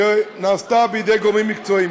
שנעשתה בידי גורמים מקצועיים,